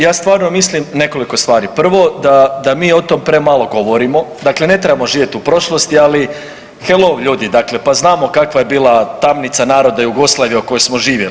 Ja stvarno mislim nekoliko stvari, prvo da mi o tome premalo govorimo, dakle ne trebamo živjeti u prošlosti ali hello ljudi dakle pa znamo kakva je bila tamnica naroda Jugoslavija u kojoj smo živjeli.